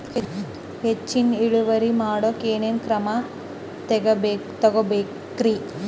ಹೆಚ್ಚಿನ್ ಇಳುವರಿ ಮಾಡೋಕ್ ಏನ್ ಏನ್ ಕ್ರಮ ತೇಗೋಬೇಕ್ರಿ?